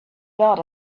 dot